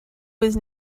was